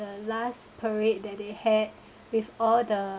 last parade that they had with all the